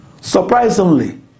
Surprisingly